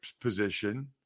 position